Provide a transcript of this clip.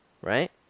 right